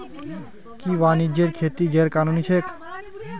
कि वन्यजीवेर खेती गैर कानूनी छेक?